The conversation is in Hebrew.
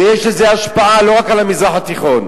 ויש לזה השפעה לא רק על המזרח התיכון.